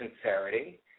sincerity